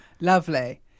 Lovely